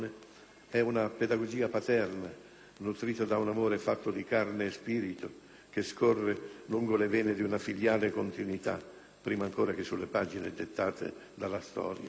è una pedagogia paterna, nutrita da un amore fatto di carne e spirito, che scorre lungo le vene di una filiale continuità, prima ancora che sulle pagine dettate dalla storia.